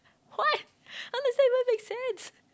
what how does that even make sense